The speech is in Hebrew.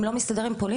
אם לא מסתדר עם פולין,